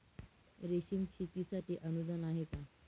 रेशीम शेतीसाठी अनुदान आहे का?